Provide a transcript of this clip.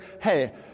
hey